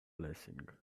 blessing